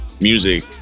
music